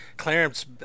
Clarence